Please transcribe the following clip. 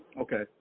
Okay